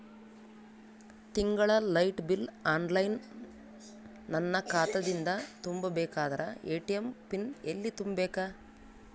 ತಿಂಗಳ light bill online ನನ್ನ ಖಾತಾ ದಿಂದ ತುಂಬಾ ಬೇಕಾದರ ಎ.ಟಿ.ಎಂ ಪಿನ್ ಎಲ್ಲಿ ತುಂಬೇಕ?